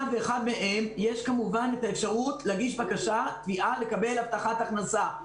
ואחד מהם יש אפשרות להגיש תביעה לבקש הבטחת הכנסה.